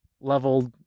level